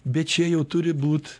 bet čia jau turi būt